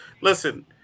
listen